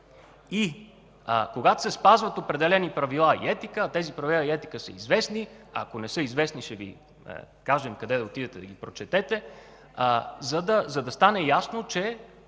Когато се спазват определени правила и етика, а тези правила и етика са известни – ако не са известни, ще Ви кажем къде да отидете, за да ги прочетете – за да стане ясно, че